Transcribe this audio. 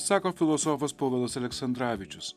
sako filosofas povilas aleksandravičius